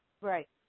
Right